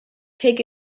take